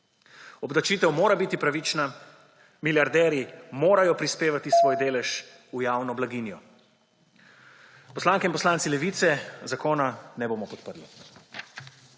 Obdavčitev mora biti pravična. Milijarderji morajo prispevati svoj delež v javno blagajno. Poslanke in poslanci Levice zakona ne bomo podprli.